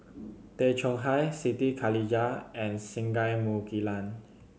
Tay Chong Hai Siti Khalijah and Singai Mukilan